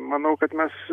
manau kad mes